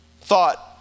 thought